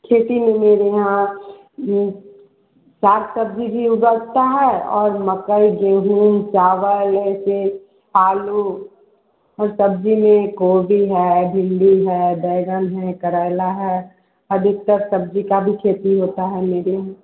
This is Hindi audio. खेती में मेरे यहाँ साग सब्ज़ी भी उगाता है और मकई गेहूँ चावल जैसे आलू और सब्ज़ी में गोभी है भिंडी है बैंगन है करेला है और एक तरह शब्ज़ी की भी खेती होती है मेरे